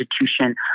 institution